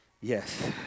Yes